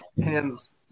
hands